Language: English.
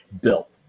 built